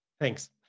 Thanks